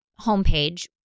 homepage